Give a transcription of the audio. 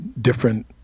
different